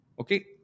Okay